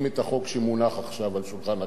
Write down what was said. את החוק שמונח עכשיו על שולחן הכנסת,